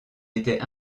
était